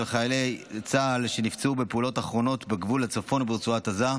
חיילי צה"ל שנפצעו בפעולות האחרונות בגבול הצפון וברצועת עזה,